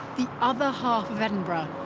the other half of edinburgh,